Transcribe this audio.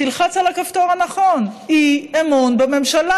תלחץ על הכפתור הנכון: אי-אמון בממשלה.